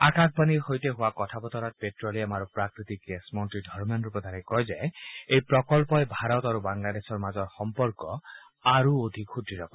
আকাশবাণীৰ সৈতে হোৱা কথা বতৰাত প্টেলিয়াম আৰু প্ৰাকৃতি গেছ মন্ত্ৰী ধৰ্মেন্দ্ৰ প্ৰধানে কয় যে এই প্ৰকল্পই ভাৰত আৰু বাংলাদেশৰ মাজৰ সম্পৰ্ক আৰু অধিক সুদ্ঢ় কৰিব